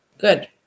Good